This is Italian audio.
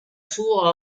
suo